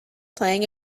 playing